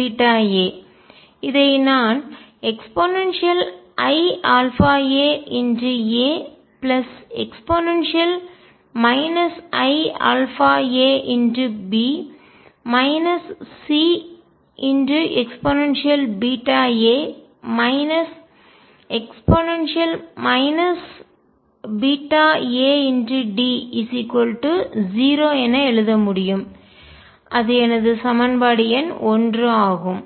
iαaCeaDe βa இதை நான் eiαaAe iαaB Ceβa e βaD0 என எழுத முடியும் அது எனது சமன்பாடு எண் 1 ஆகும்